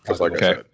Okay